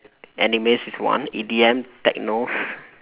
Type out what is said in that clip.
anime is one E_D_M techno